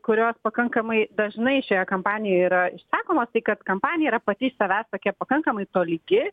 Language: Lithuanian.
kurios pakankamai dažnai šioje kampanijoj yra išsakomos tai kad kampanija yra pati iš savęs tokia pakankamai tolygi